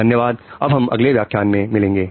धन्यवाद अब हम अगले व्याख्यान में मिलेंगे